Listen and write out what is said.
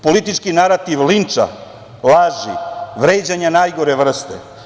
Politički narativ linča, laži, vređanja najgore vrste.